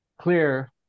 clear